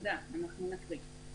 אני אקריא: